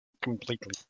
completely